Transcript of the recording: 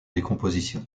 décomposition